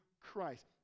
Christ